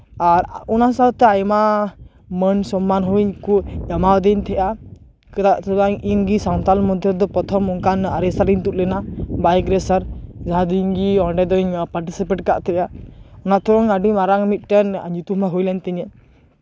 ᱟᱨ ᱚᱱᱟ ᱥᱟᱶᱛᱮ ᱟᱭᱢᱟ ᱢᱟᱹᱱ ᱥᱚᱢᱢᱟᱱ ᱦᱚᱸ ᱤᱧᱠᱚ ᱮᱢᱟᱣᱟᱫᱤᱧ ᱛᱟᱦᱮᱱᱟ ᱪᱮᱫᱟᱜ ᱥᱮᱵᱟᱝ ᱤᱧᱜᱮ ᱥᱟᱱᱛᱟᱞ ᱢᱚᱫᱽᱫᱷᱮ ᱨᱮᱫᱚ ᱯᱨᱚᱛᱷᱚᱢ ᱚᱱᱠᱟᱱ ᱨᱮᱥᱟᱨᱤᱧ ᱛᱩᱫ ᱞᱮᱱᱟ ᱵᱟᱭᱤᱠ ᱨᱮᱥᱟᱨ ᱡᱟᱦᱟᱸ ᱫᱚ ᱤᱧᱜᱮ ᱚᱸᱰᱮ ᱫᱚᱧ ᱯᱟᱨᱴᱤᱥᱮᱯᱮᱴ ᱠᱟᱜ ᱛᱟᱦᱮᱸᱜᱼᱟ ᱚᱱᱟ ᱛᱮᱦᱚᱸ ᱟᱹᱰᱤ ᱢᱟᱨᱟᱝ ᱢᱤᱫᱴᱮᱱ ᱧᱩᱛᱩᱢ ᱦᱩᱭ ᱞᱮᱱ ᱛᱤᱧᱟᱹ